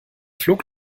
flog